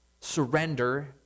surrender